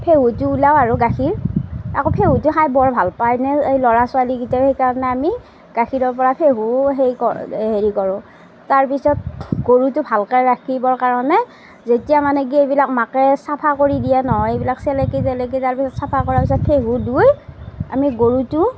ফেহুটো উলিয়াওঁ আৰু গাখীৰ আকৌ ফেহুটো খাই বৰ ভাল পায় এনেই এই ল'ৰা ছোৱালীকিটায়ো সেইকাৰণে আমি গাখীৰৰ পৰা ফেহু সেই ক হেৰি কৰোঁ তাৰপিছত গৰুটো ভালকৈ ৰাখিবৰ কাৰণে যেতিয়া মানে কি এইবিলাক মাকে চাফা কৰি দিয়ে নহয় এইবিলাক চেলেকি তেলেকি তাৰপিছত চাফা কৰাৰ পিছত ফেহু ধুই আমি গৰুটো